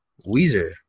Weezer